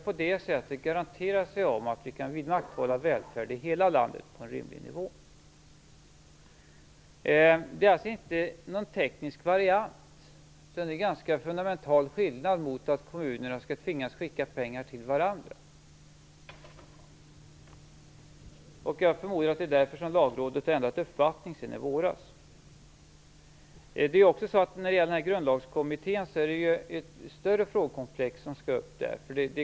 På det sättet kan man garantera att vi kan vidmakthålla välfärd i hela landet på en rimlig nivå. Det är alltså inte någon teknisk variant, utan det är en ganska fundamental skillnad mot att kommunerna skall tvingas skicka pengar till varandra. Jag förmodar att det är därför som Lagrådet har ändrat uppfattning sedan i våras. Det är ju ett större frågekomplex som skall upp i Grundlagskommittén.